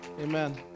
amen